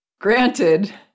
Granted